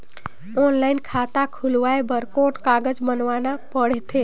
Online खाता खुलवाय बर कौन कागज बनवाना पड़थे?